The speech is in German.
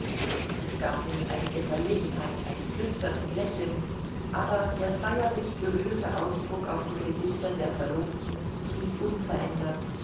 es gab nun einige verlegenheit ein flüstern und lächeln aber der feierlich gerührte ausdruck auf den gesichtern der verlobten blieb unverändert